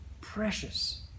Precious